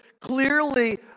clearly